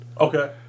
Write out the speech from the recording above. okay